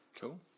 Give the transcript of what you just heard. Cool